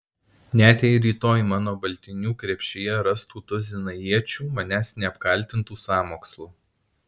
net jei rytoj mano baltinių krepšyje rastų tuziną iečių manęs neapkaltintų sąmokslu